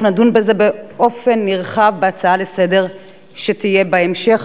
אנחנו נדון בזה באופן נרחב בהצעה לסדר שתהיה בהמשך,